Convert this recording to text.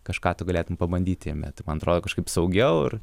kažką tu galėtum pabandyti jame man atrodo kažkaip saugiau ir